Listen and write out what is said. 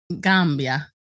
Gambia